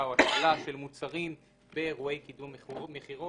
או השאלה של מוצרים באירועי קידום מכירות,